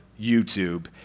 YouTube